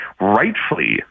rightfully